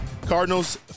Cardinals